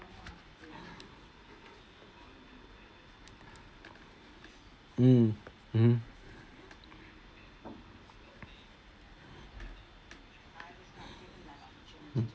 mm mmhmm